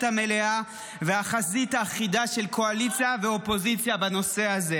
המלאה והחזית האחידה של קואליציה ואופוזיציה בנושא הזה,